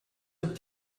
with